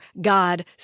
God